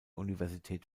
universität